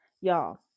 Y'all